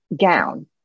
gown